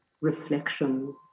reflection